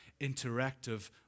interactive